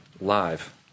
live